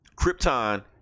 krypton